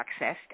accessed